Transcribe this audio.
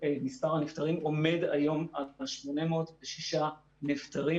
מספר הנפטרים עומד היום על 806 נפטרים